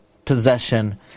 Possession